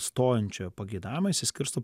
stojančiojo pageidavimą išsiskirsto